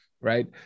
Right